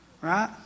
Right